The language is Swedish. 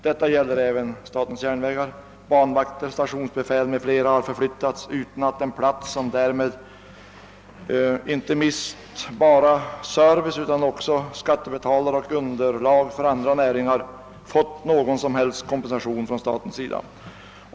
Detta gäller även statens järnvägar: banvakter, stationsbefäl m.fl. har förflyttats utan att den plats som därmed har mist inte bara service utan även skattebetalare och underlag för andra näringar fått någon som helst kompensation från staten.